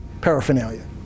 paraphernalia